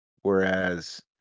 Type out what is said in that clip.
whereas